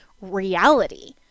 reality